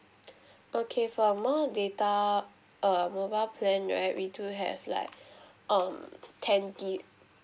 okay for more data err mobile plan right we do have like um ten gig